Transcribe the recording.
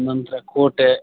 ನಂತರ ಕೋಟೆ